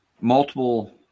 multiple